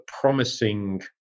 promising